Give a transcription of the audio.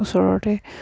ওচৰতে